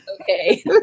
okay